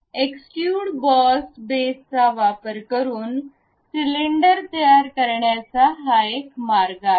extrude boss बेसचा वापर करून सिलिंडर तयार करण्याचा हा एक मार्ग आहे